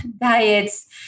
diets